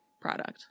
product